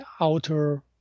outer